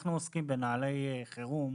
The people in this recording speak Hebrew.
אנחנו עוסקים בנוהלי חירום,